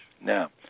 Now